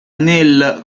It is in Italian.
nel